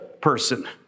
person